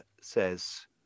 says